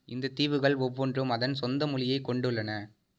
இந்த தீவுகள் ஒவ்வொன்றும் அதன் சொந்த மொழியைக் கொண்டுள்ளன